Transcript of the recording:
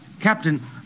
Captain